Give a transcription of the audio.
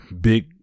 big